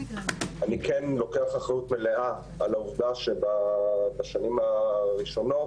אני כן לוקח אחריות מלאה על העובדה שבשנים הראשונות,